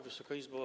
Wysoka Izbo!